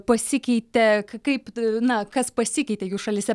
pasikeitė kaip na kas pasikeitė jų šalyse